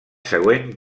següent